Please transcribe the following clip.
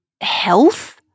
health